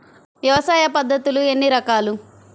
వ్యవసాయ పద్ధతులు ఎన్ని రకాలు?